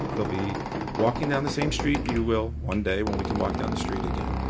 they'll be walking down the same street you will one day when we can walk down the street again.